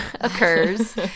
occurs